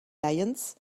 lions